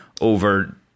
over